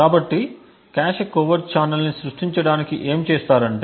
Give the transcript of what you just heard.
కాబట్టి cache covert ఛానెల్ని సృష్టించడానికి ఏమి చేస్తారంటే